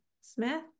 Smith